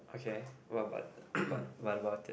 okay what about what what about it